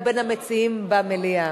שהמציעים לא היו במליאה.